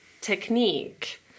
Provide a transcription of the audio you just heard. technique